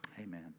amen